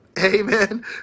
Amen